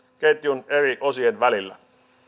ketjun eri osien välillä